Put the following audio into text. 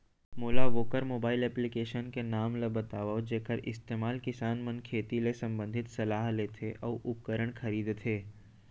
मोला वोकर mobile application के नाम ल बतावव जेखर इस्तेमाल किसान मन खेती ले संबंधित सलाह लेथे अऊ उपकरण खरीदथे?